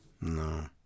no